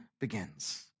begins